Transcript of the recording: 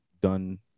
done